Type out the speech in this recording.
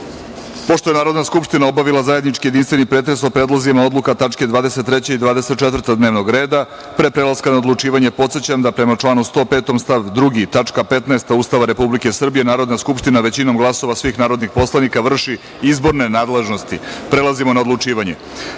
je Narodna skupština obavila zajednički jedinstveni pretres o predlozima odluka tačke 23. i 24. dnevnog reda, pre prelaska na odlučivanje podsećam da prema članu 205. stav 2. tačka 15. Ustava Republike Srbije, Narodna skupština većinom glasova svih narodnih poslova vrši izborne nadležnosti. Prelazimo na odlučivanje. Stavljam